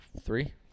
Three